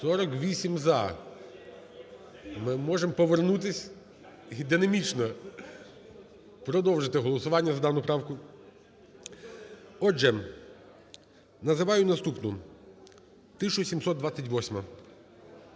48 – за. Ми можемо повернутись і динамічно продовжити голосування за дану правку. Отже, називаю наступну. 1728-а.